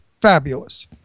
Fabulous